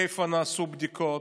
איפה נעשו בדיקות,